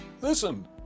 Listen